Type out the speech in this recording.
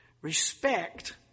respect